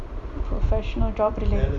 professional job relate